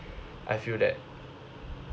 I feel that